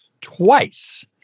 twice